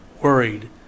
worried